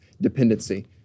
dependency